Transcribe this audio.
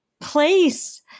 place